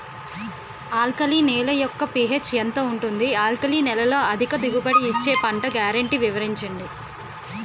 Alkali నేల యెక్క P H ఎంత ఉంటుంది? ఆల్కలి నేలలో అధిక దిగుబడి ఇచ్చే పంట గ్యారంటీ వివరించండి?